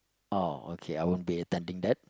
oh okay I won't be attending that